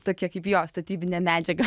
tokie kaip jo statybinė medžiaga